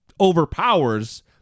overpowers